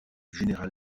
général